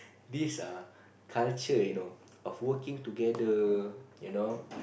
this err culture you know of working together you know